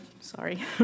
sorry